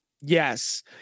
Yes